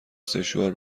سشوار